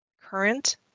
current